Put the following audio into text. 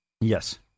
Yes